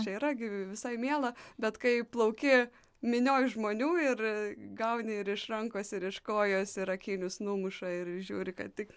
čia yra gi visai miela bet kai plauki minioj žmonių ir gauni ir iš rankos ir iš kojos ir akinius numuša ir žiūri kad tik